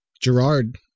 Gerard